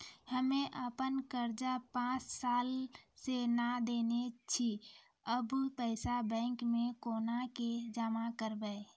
हम्मे आपन कर्जा पांच साल से न देने छी अब पैसा बैंक मे कोना के जमा करबै?